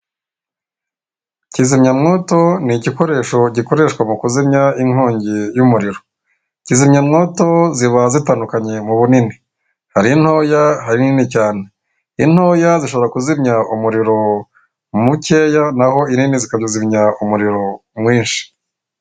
Kizimyamwoto ni igikoresho gikoreshwa mu kuzimya inkongi y'umuriro kizimyamwoto ziba zitandukanye mu bunini hari ntoya ahanini cyane intoya zishobora kuzimya umuriro mukeya naho irene zikazimyara umuriro mwinshi.